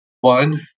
one